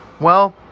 Well